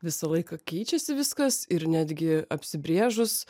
visą laiką keičiasi viskas ir netgi apsibrėžus